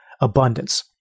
abundance